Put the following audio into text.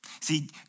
See